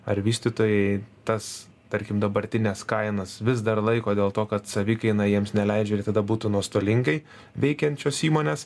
ar vystytojai tas tarkim dabartines kainas vis dar laiko dėl to kad savikaina jiems neleidžia ir tada būtų nuostolingai veikiančios įmonės